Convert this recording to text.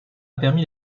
permis